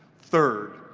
third,